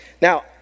Now